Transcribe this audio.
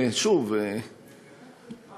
יוסי יונה